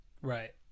Right